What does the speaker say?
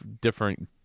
different